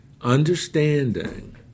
Understanding